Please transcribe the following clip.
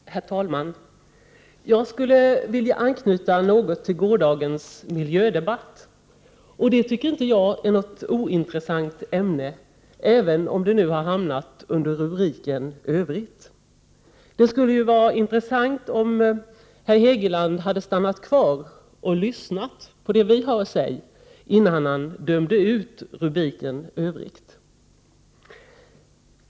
Herr talman! Jag skulle vilja anknyta något till gårdagens miljödebatt, och det tycker inte jag är något ointressant ämne, även om det nu har hamnat under rubriken Övrigt. Det hade varit intressant om herr Hegeland hade stannat kvar och lyssnat på vad vi har att säga, innan han dömde ut rubriken Övrigt.